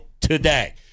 today